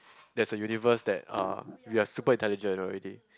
there's a universe that uh we are super intelligent already